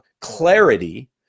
clarity